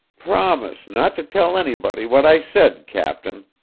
promise not to tell anybody what i said, captain,